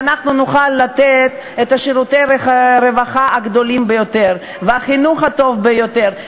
נוכל לתת את שירותי הרווחה הגדולים ביותר ואת החינוך הטוב ביותר,